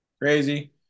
Crazy